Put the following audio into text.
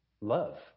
love